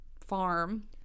farm